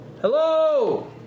Hello